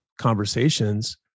conversations